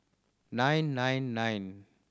nine nine nine